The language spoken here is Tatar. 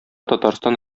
татарстан